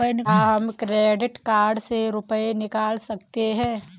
क्या हम credit card से रुपये निकाल सकते हैं?